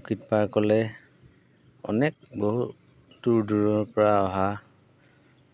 orchid পাৰ্কলৈ অনেক বহু দূৰ দূৰৰপৰা অহা